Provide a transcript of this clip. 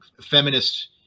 feminist